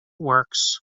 works